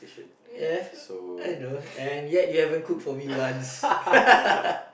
ya I know and yet you haven't cook for me once